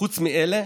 חוץ מאלה